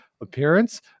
appearance